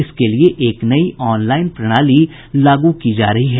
इसके लिए एक नई ऑनलाईन प्रणाली लागू की जा रही है